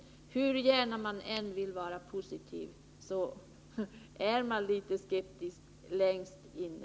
Hur gärna man än vill vara positiv så är man i alla fall litet skeptisk längst inne.